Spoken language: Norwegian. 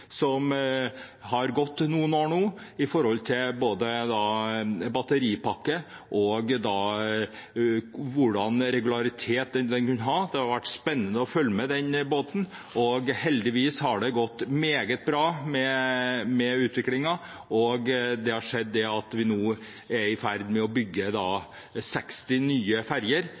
som har gått noen år nå når det gjelder både batteripakke og regularitet. Det har vært spennende å følge med på denne båten. Heldigvis har utviklingen vært meget bra, og vi er nå i ferd med å bygge 60 nye ferjer. Det som kanskje er enda mer gledelig – utenom det med klimagassutslipp – er